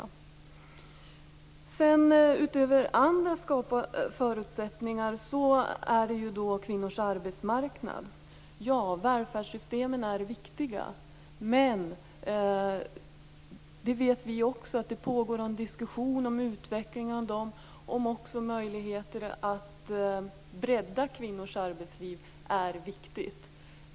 Ja, välfärdssystemen är viktiga för att skapa förutsättningar för kvinnors arbetsmarknad. Men vi vet att det pågår en diskussion om utveckling av dessa. Det är viktigt att bredda kvinnors arbetsliv.